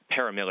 paramilitary